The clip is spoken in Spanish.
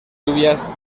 lluvias